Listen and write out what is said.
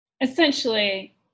Essentially